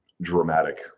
dramatic